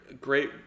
great